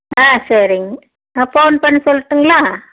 ஆ சரிங்க நான் போன் பண்ணி சொல்லட்டுங்களா